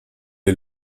est